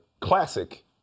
classic